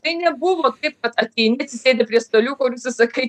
tai nebuvo taip kad ateini atsisėdi prie staliuko ir užsisakai